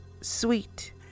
sweet